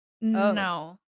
No